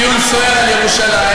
דיון סוער על ירושלים,